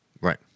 Right